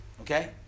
Okay